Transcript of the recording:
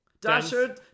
Dasher